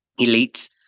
elites